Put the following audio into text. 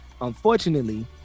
unfortunately